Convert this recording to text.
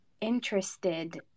interested